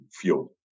fuel